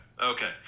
okay